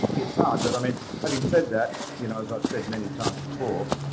it's hard. but, i mean, having said that, you know as i've said many times before